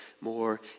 more